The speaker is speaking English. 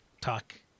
Talk